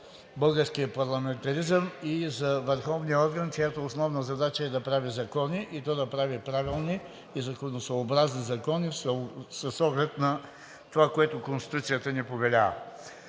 българския парламентаризъм и за върховния орган, чиято основна задача е да прави закони и да направи правилни и законосъобразни закони с оглед на това, което Конституцията ни повелява.